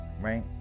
right